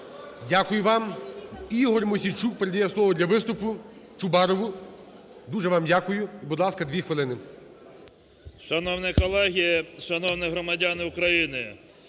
Дякую вам. Ігор Мосійчук передає слово для виступу Чубарову. Дуже вам дякую. Будь ласка, 2 хвилини. 14:02:51 ЧУБАРОВ Р.А. Шановні колеги, шановні громадяни України!